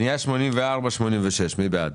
רביזיה על פניות מספר 84 86, מי בעד?